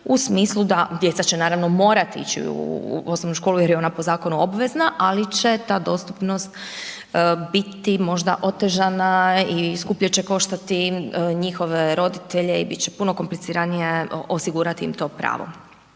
u smislu da, djeca će naravno morati ići u osnovnu školu jer je ona po zakonu obvezna ali će ta dostupnost biti možda otežana i skuplje će koštati njihove roditelje i biti će puno kompliciranije osigurati im to pravo.